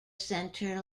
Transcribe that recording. centre